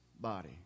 body